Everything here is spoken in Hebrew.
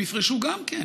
הם יפרשו גם כן.